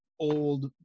old